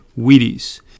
Wheaties